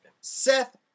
Seth